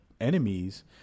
enemies